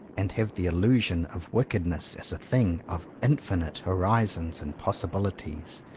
and have the illusion of wickedness as a thing of infinite horizons and possibilities.